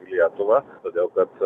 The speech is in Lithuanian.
į lietuvą todėl kad